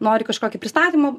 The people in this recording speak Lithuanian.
nori kažkokį pristatymą